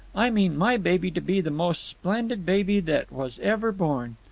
i mean my baby to be the most splendid baby that was ever born.